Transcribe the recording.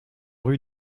rue